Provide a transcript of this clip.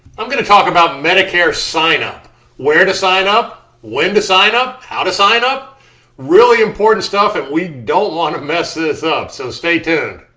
i'm gonna talk about medicare sign up where to sign up when to sign up how to sign up really important stuff if we don't want to mess this up so stay tuned